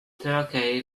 turkey